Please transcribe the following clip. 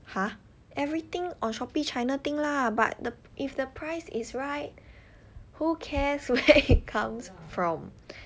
!huh! everything on Shopee china thing lah but if the price is right who cares where it come from